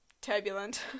turbulent